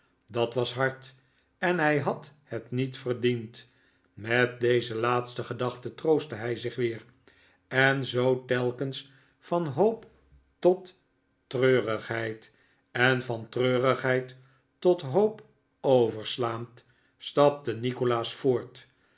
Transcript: dat was hard en hij had het niet verdiend met deze laatste gedachte troostte hij zich weer en zoo telkens van hoop tot treurigheid en van treurigheid tot hoop overslaand stapte nikolaas voort